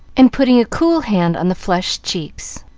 and putting a cool hand on the flushed cheeks.